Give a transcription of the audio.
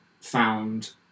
found